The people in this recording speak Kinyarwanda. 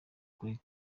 kuri